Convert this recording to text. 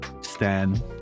Stan